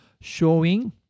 showing